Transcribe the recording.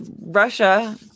Russia